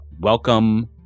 Welcome